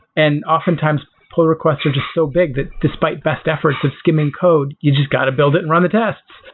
and oftentimes, poll requests are just so big that despite best efforts of skimming code, you just got to build it and run the tests.